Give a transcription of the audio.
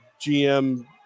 GM